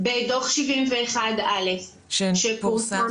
בדוח 71א' שפורסם